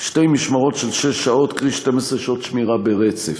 שתי משמרות של שש שעות, קרי, 12 שעות שמירה ברצף.